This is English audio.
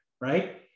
right